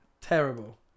terrible